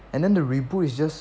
and then the reboot is just